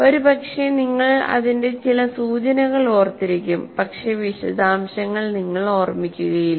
ഒരുപക്ഷേ നിങ്ങൾ അതിന്റെ ചില സൂചനകൾ ഓർത്തിരിക്കും പക്ഷേ വിശദാംശങ്ങൾ നിങ്ങൾ ഓർമ്മിക്കുകയില്ല